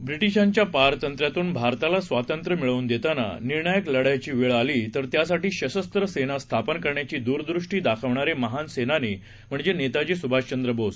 ब्रिशिंच्यापारतंत्र्यातूनभारतालास्वातंत्र्यमिळवूनदेताना निर्णायकलढ्याचीवेळआलीतरत्यासाठीसशस्रसेनास्थापनकरण्याचीद्रदृष्टीदाखवणारेमहानसेनानीम्हणजेनेताजीसुभाषचंद्रबोस